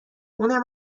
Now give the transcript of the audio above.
اونم